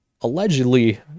allegedly